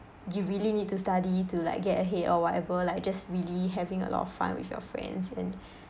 you really need to study to like get ahead or whatever like just really having a lot of fun with your friends and